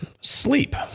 sleep